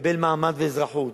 מקבל מעמד ואזרחות.